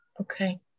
okay